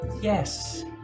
Yes